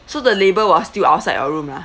so the label was still outside your room lah